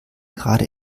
gerade